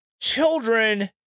children